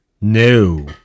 No